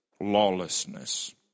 lawlessness